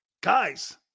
Guys